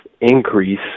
increase